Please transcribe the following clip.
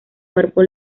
cuerpo